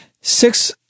six